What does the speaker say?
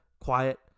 quiet